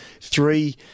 three